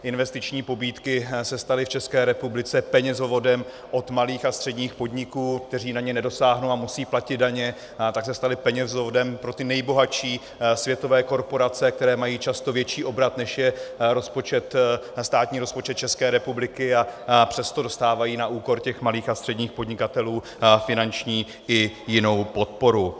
Investiční pobídky se staly v České republice penězovodem od malých a středních podniků, které na ně nedosáhnou a musejí platit daně, tak se staly penězovodem pro ty nejbohatší světové korporace, které mají často větší obrat, než je státní rozpočet České republiky, a přesto dostávají na úkor malých a středních podnikatelů finanční i jinou podporu.